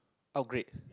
upgrade